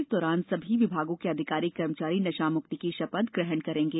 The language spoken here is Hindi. इस दौरान सभी विभागों के अधिकारी कर्मचारी नशामुक्ति की शपथ ग्रहण करेंगे